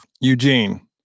Eugene